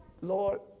Lord